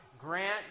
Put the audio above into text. grant